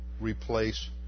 replace